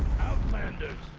outlanders.